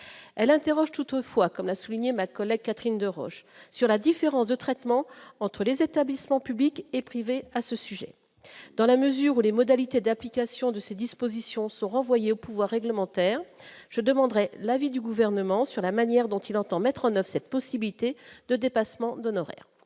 elle interroge toutefois, comme l'a souligné Macaulay Catherine Deroche sur la différence de traitement entre les établissements publics et privés à ce sujet, dans la mesure où les modalités d'application de ces dispositions sont renvoyés au pouvoir réglementaire, je demanderai l'avis du gouvernement sur la manière dont il entend mettre en 9 cette possibilité de dépassement d'honoraires.